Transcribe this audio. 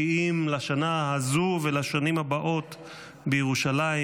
כי אם לשנה הזו ולשנים הבאות בירושלים,